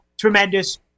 tremendous